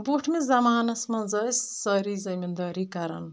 بروٗٹھمسِ زمانَس منٛز ٲسۍ سٲری زٔمیٖندٲری کَرَان